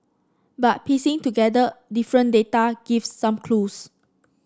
but piecing together different data gives some clues